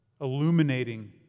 illuminating